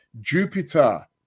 Jupiter